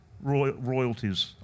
Royalties